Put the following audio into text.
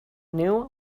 new